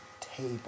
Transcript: table